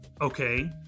Okay